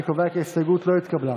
אני קובע כי ההסתייגות לא התקבלה.